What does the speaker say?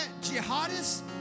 jihadists